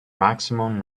maximum